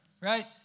right